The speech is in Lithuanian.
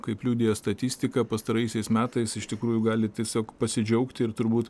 kaip liudija statistika pastaraisiais metais iš tikrųjų gali tiesiog pasidžiaugti ir turbūt